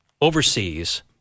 overseas